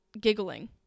giggling